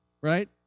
right